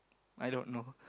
i don't know